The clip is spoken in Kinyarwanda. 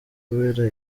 kubera